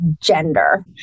gender